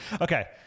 Okay